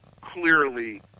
clearly